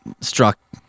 struck